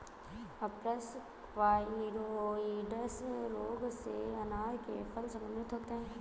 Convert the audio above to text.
अप्सकवाइरोइड्स रोग से अनार के फल संक्रमित होते हैं